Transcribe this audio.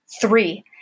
Three